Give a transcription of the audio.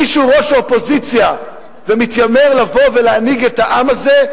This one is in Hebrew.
מי שהוא ראש האופוזיציה ומתיימר לבוא ולהנהיג את העם הזה,